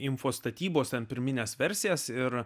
info statybose pirmines versijas ir